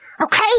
okay